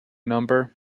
number